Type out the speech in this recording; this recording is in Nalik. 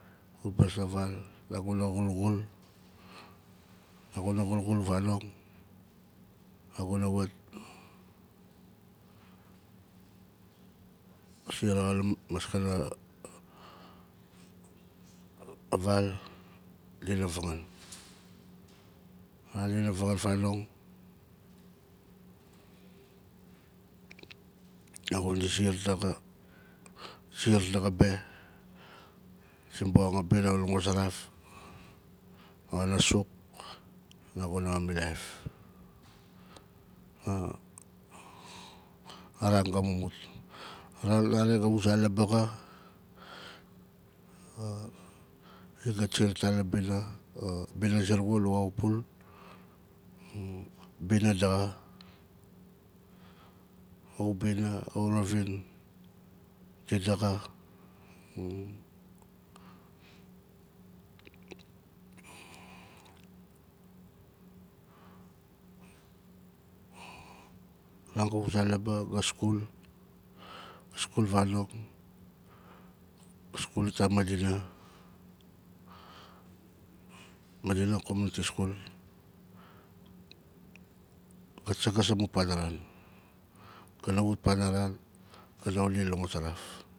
Gu paas a val naguna xulxul naguna xulxul vanong naguna wat siar xa la maskana val dina vangaan a ran dina vangaan fanong naguna siar daxa siar daxa be sibong abina languzaraf ma xanaa suk ma gu na wan milaif a ran ga mumut a ran ga uza labaa xa gai siar ita la bina a bina zurugu luwaupul bina daxa a ubina a uravin di daxa a ran ga uza labaa ga skul, skul vanong skul ita madina madina komuniti skul gat sangas amun panaran ga na wat panaran ga na wuli languzaraf